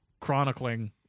chronicling